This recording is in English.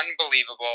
unbelievable